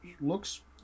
looks